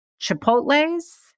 chipotle's